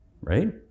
right